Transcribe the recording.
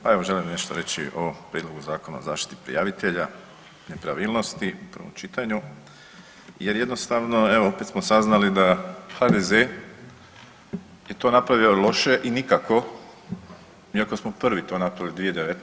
Pa evo želim nešto riječi o Prijedlogu zakona o zaštiti prijavitelja nepravilnosti u prvom čitanju, jer jednostavno evo opet smo saznali da HDZ je to napravio loše i nikako iako smo prvi to napravili 2019.